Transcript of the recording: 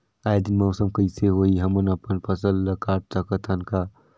आय दिन मौसम कइसे होही, हमन अपन फसल ल काट सकत हन का?